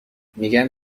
میگن